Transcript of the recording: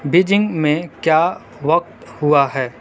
Beijing میں کیا وقت ہوا ہے